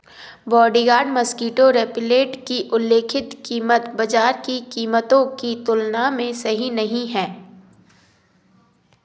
body guard mosquito repellent की उल्लिखित कीमत बाज़ार की कीमतों की तुलना में सही नहीं है